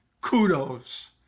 kudos